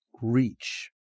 reach